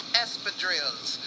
espadrilles